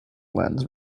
lens